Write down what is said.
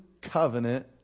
covenant